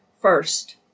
first